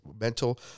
mental